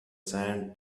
sand